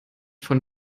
von